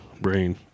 brain